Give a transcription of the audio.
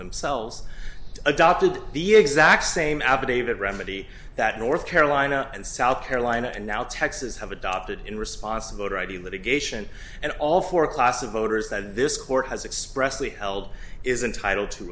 themselves adopted the exact same abb david remedy that north carolina and south carolina and now texas have adopted in response to go to id litigation and all for a class of voters that this court has expressly held is entitle to